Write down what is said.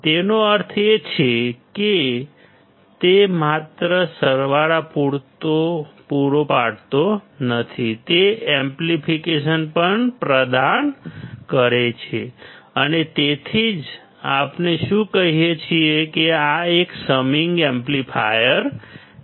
તેનો અર્થ એ છે કે તે માત્ર સરવાળા પૂરો પાડતો નથી તે એમ્પ્લીફિકેશન પણ પ્રદાન કરે છે અને તેથી જ આપણે શું કહીએ છીએ કે આ એક સમિંગ એમ્પ્લીફાયર છે